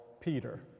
Peter